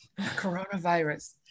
coronavirus